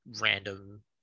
random